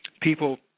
People